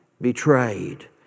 Betrayed